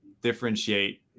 differentiate